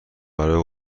برای